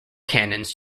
canons